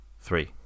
three